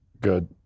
good